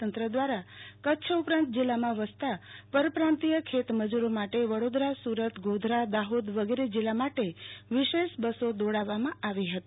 તંત્ર દ્વારા કચ્છ ઉપરાંત જિલ્લામાં વસતા પરપ્રાંતીય ખેતમજૂરો માટે વડોદરા સુરત ગોધરા દાજોદ વગેરે જિલ્લા માટે વિશેષ બસો દોડાવવામાં આવી ફતી